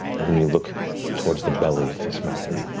and then you look towards the belly of this mountain.